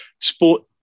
sport